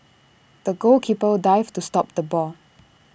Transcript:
the goalkeeper dived to stop the ball